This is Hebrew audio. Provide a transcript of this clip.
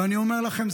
ואני אומר לכם,